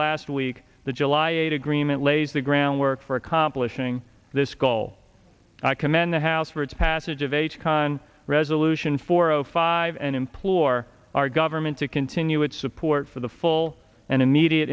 last week the july eighth agreement lays the groundwork for accomplishing this goal i commend the house for its passage of h con resolution four zero five and implore our government to continue its support for the full and immediate